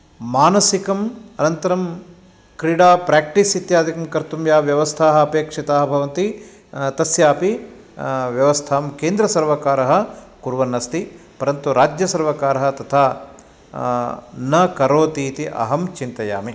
मानसिकम् अनन्तरं क्रिडा प्राक्टीस् कर्तुं याः व्यवस्थाः अपेक्षिताः भवन्ति तस्यापि व्यवस्थां केन्द्रसर्वकारः कुर्वन्नस्ति परन्तु राज्यसर्वकारः तथा न करोति इति अहं चिन्तयामि